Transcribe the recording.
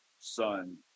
Son